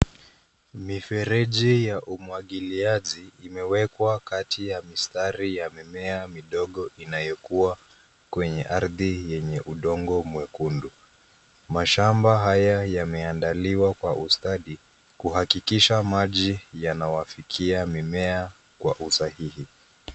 Mifereji ya umwagiliaji, imewekwa kati ya mistari ya mimea midogo inayokua kwenye ardhi yenye udongo mwekundu. Mashamba haya yameandaliwa kwa ustadi, kuhakikisha maji yanawafikia mimea kwa usahihi.